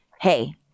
hey